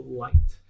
light